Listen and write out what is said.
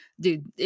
Dude